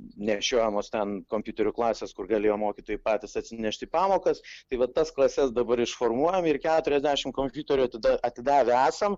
nešiojamos ten kompiuterių klasės kur galėjo mokytojai patys atsinešti į pamokas tai va tas klases dabar išformuojam ir keturiasdešimt kompiuterių atida atidavę esam